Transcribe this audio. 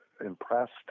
impressed